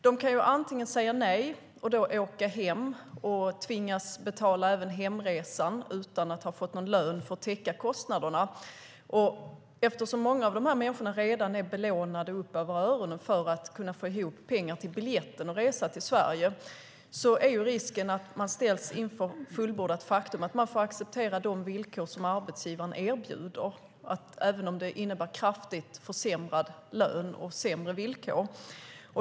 De kan då säga nej, åka hem och tvingas betala hemresan utan att ha fått någon lön för att täcka kostnaderna. Eftersom många av de här människorna redan är belånade upp över öronen för att kunna få ihop pengar till biljetten till Sverige finns risken att de ställs inför fullbordat faktum och får acceptera de villkor som arbetsgivaren erbjuder, även om det innebär kraftigt försämrad lön och sämre villkor.